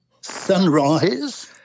sunrise